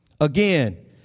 Again